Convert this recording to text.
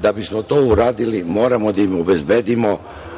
Da bismo to uradili moramo da im obezbedimo